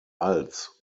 als